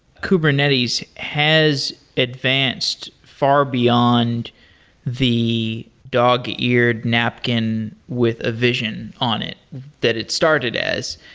kubernetes has advanced far beyond the dog-eared napkin with a vision on it that it started as.